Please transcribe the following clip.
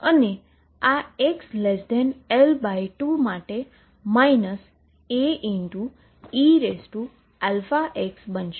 અને આ xL2 માટે A eαx બનશે